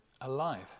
alive